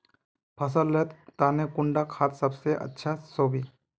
फसल लेर तने कुंडा खाद ज्यादा अच्छा सोबे?